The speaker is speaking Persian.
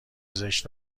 زشت